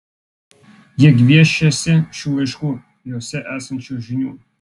jie gviešiasi šių laiškų juose esančių žinių